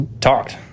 talked